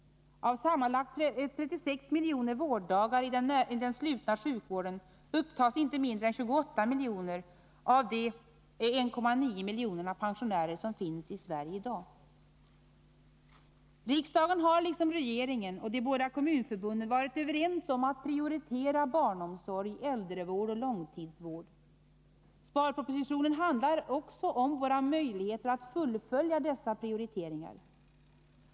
Av sammanlagt 36 miljoner vårddagar i den slutna sjukvården upptas inte mindre än 28 miljoner av de 1,9 miljoner pensionärer som finns i Sverige i dag. Riksdagen har liksom regeringen och de båda kommunförbunden varit överens om att prioritera barnomsorg, äldrevård och långtidsvård. Sparpropositionen handlar också om våra möjligheter att fullfölja dessa prioriteringar.